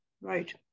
right